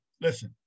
Listen